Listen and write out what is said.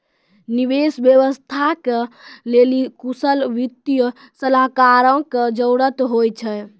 निवेश व्यवस्था के लेली कुशल वित्तीय सलाहकारो के जरुरत होय छै